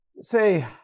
say